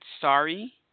sorry